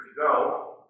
go